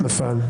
נפל.